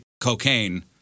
cocaine